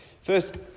First